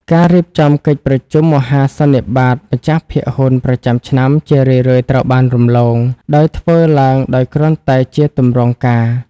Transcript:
ការរៀបចំកិច្ចប្រជុំមហាសន្និបាតម្ចាស់ភាគហ៊ុនប្រចាំឆ្នាំ ជារឿយៗត្រូវបានរំលង ឬធ្វើឡើងដោយគ្រាន់តែជាទម្រង់ការ។